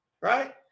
Right